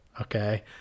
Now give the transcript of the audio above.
okay